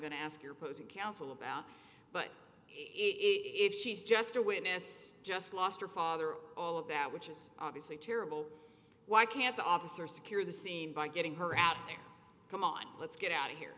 going to ask your posing counsel about but it she's just a witness just lost her father all of that which is obviously terrible why can't the officer secure the scene by getting her out of there come on let's get out of here